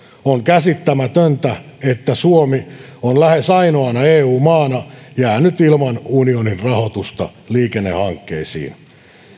on käsittämätöntä että suomi on lähes ainoana eu maana jäänyt ilman unionin rahoitusta liikennehankkeisiin